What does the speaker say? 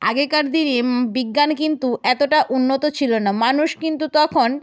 আগেকার দিনে বিজ্ঞান কিন্তু এতটা উন্নত ছিল না মানুষ কিন্তু তখন